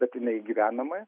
bet jinai gyvenama